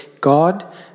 God